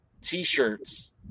T-shirts